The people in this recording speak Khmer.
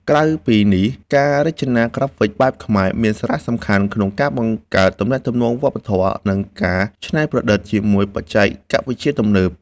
ក្រៅពីនេះ ការរចនាក្រាហ្វិកបែបខ្មែរមានសារៈសំខាន់ក្នុងការបង្កើតទំនាក់ទំនងវប្បធម៌ និងការច្នៃប្រឌិតជាមួយបច្ចេកវិទ្យាទំនើប។